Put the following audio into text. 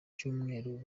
cyumweru